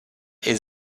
est